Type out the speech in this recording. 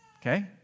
Okay